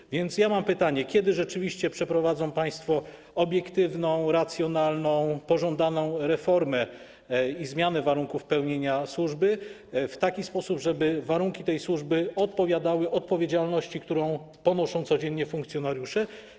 Mam więc pytanie: Kiedy rzeczywiście przeprowadzą państwo obiektywną, racjonalną, pożądaną reformę i zmianę warunków pełnienia służby w taki sposób, żeby warunki tej służby odpowiadały odpowiedzialności, którą ponoszą codziennie funkcjonariusze?